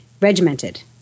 regimented